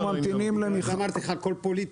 לכן אמרתי לך שהכול פוליטיקה.